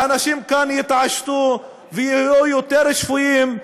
האנשים כאן יתעשתו ויהיו יותר שפויים,